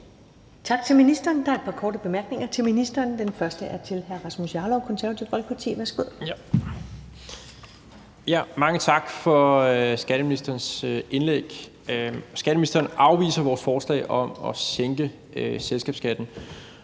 Tak til ministeren. Der er et par korte bemærkninger til ministeren. Den første er fra hr. Rasmus Jarlov, Det Konservative Folkeparti. Værsgo. Kl. 14:27 Rasmus Jarlov (KF): Mange tak for skatteministerens indlæg. Skatteministeren afviser vores forslag om at sænke selskabsskatten.